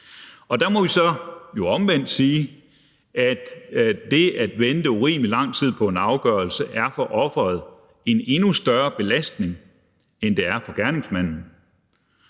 sag. Der må vi jo så omvendt sige, at det at vente i urimelig lang tid på en afgørelse for offeret er en endnu større belastning, end det er for gerningsmanden.